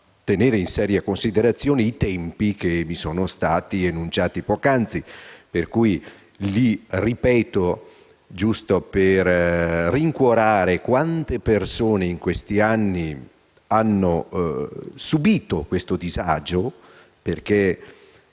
prendere in seria considerazione i tempi che mi sono stati enunciati poc'anzi, per cui li ripeto per rincuorare tutte quelle persone che negli anni hanno subito questo disagio. Le